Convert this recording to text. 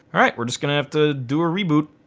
all right, we're just gonna have to do a reboot.